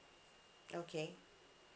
okay